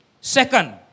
Second